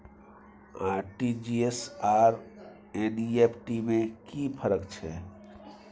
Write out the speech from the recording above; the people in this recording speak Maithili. आर.टी.जी एस आर एन.ई.एफ.टी में कि फर्क छै?